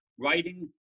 Writing